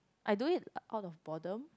I do it out of boredom